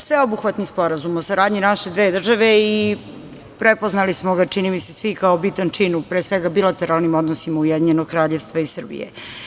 Sveobuhvatni sporazum o saradnji naše dve države i prepoznali smo ga čini mi se svi kao bitan čin u, pre svega, bilateralnim odnosima Ujedinjenog Kraljevstva i Srbija.